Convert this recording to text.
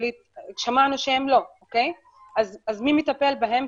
שמענו שהם לא, אז מי מטפל בהם?